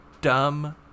dumb